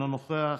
אינו נוכח,